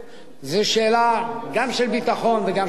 זו שאלה גם של ביטחון וגם של חברה.